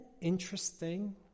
interesting